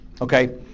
Okay